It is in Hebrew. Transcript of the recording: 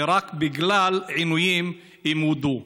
ורק בגלל עינויים הם הודו.